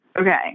Okay